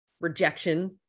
rejection